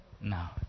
Now